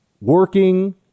working